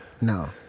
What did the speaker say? no